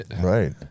Right